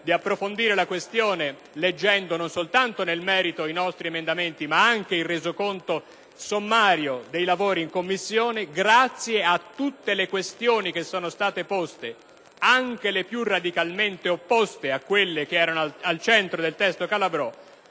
di approfondire la questione leggendo non soltanto nel merito i nostri emendamenti, ma anche il Resoconto sommario dei lavori della Commissione. Grazie a tutte le questioni poste, anche le più radicalmente opposte a quelle al centro del testo Calabrò,